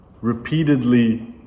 repeatedly